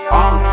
on